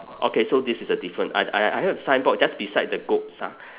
okay so this is the different I I I have signboard just beside the goats lah